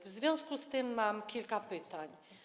W związku z tym mam kilka pytań.